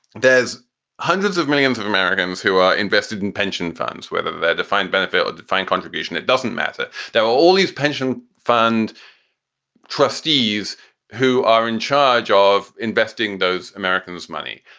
there's hundreds of millions of americans who are invested in pension funds, whether their defined benefit or defined contribution. it doesn't matter. there are all these pension fund trustees who are in charge ah of investing those americans money.